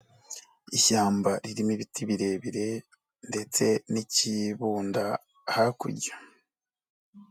Ishyamba ririmo ibiti birebire ndetse n'ikibunda hakurya.